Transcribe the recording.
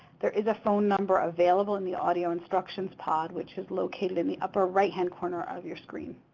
there is a phone number available in the audio instructions pod which is located in the upper right-hand corner of your screen.